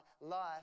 life